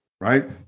right